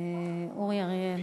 אורי אריאל.